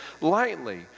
lightly